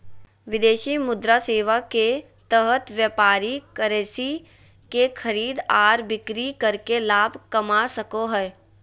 विदेशी मुद्रा सेवा के तहत व्यापारी करेंसी के खरीद आर बिक्री करके लाभ कमा सको हय